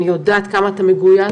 אני יודעת כמה אתה מגויס,